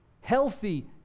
Healthy